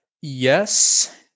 yes